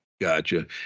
Gotcha